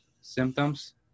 symptoms